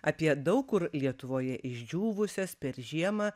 apie daug kur lietuvoje išdžiūvusias per žiemą